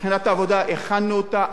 מבחינת העבודה, הכנו אותה.